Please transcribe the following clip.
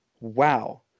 Wow